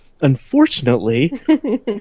Unfortunately